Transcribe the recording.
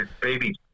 baby